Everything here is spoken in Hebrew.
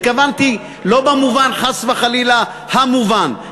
התכוונתי לא במובן חס וחלילה המובן,